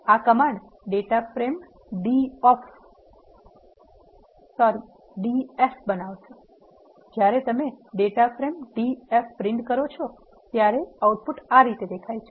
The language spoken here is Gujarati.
આ command data frame D F બનાવશેજ્યારે તમે ડેટા ફ્રેમ ડીએફ પ્રિન્ટ કરો છો ત્યારે આઉટપુટ આ રીતે દેખાય છે